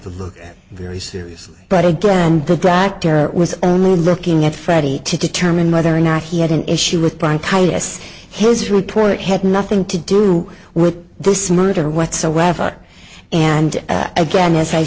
book very serious but again the dr was only looking at freddy to determine whether or not he had an issue with bronchitis his report had nothing to do with this murder whatsoever and again as i